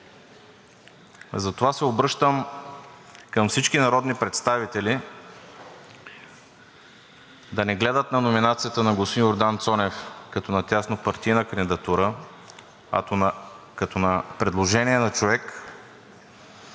Затова се обръщам към всички народни представители да не гледат на номинацията на господин Йордан Цонев като на тяснопартийна кандидатура, а като на предложение на човек,